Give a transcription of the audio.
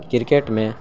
cricket میں